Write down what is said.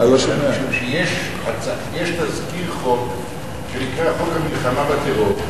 אלא משום שיש תזכיר חוק שנקרא חוק המלחמה בטרור,